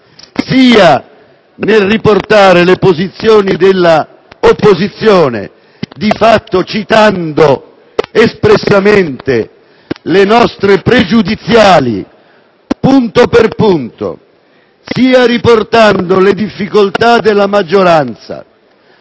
sia nel riportare le posizioni dell'opposizione, di fatto citando espressamente le nostre pregiudiziali punto per punto, sia nel riportare le difficoltà della maggioranza,